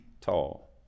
tall